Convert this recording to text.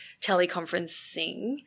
teleconferencing